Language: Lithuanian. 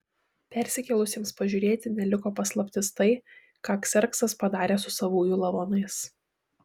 persikėlusiems pažiūrėti neliko paslaptis tai ką kserksas padarė su savųjų lavonais